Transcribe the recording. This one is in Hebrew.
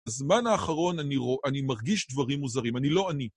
בזמן האחרון אני מרגיש דברים מוזרים, אני לא אני.